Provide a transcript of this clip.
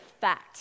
fact